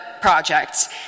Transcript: projects